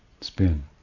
spin